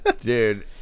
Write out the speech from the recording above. Dude